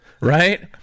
right